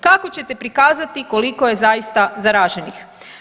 Kako ćete prikazati koliko je zaista zaraženih?